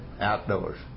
Outdoors